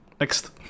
Next